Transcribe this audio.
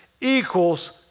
equals